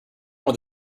when